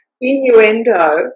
innuendo